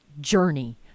journey